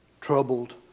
troubled